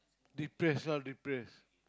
replace lah replace